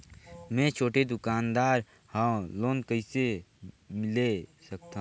मे छोटे दुकानदार हवं लोन कइसे ले सकथव?